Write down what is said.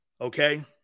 Okay